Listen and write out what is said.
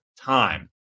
Time